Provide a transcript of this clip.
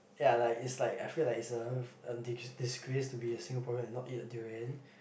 ya like it's like I feel like it's a dis~ disgrace to be a Singaporean and not eat a durian